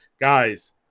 Guys